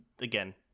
again